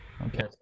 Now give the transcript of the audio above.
Okay